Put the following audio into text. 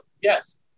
yes